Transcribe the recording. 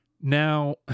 Now